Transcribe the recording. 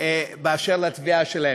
באשר לתביעה שלהם.